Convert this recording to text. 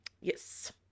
yes